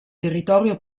territorio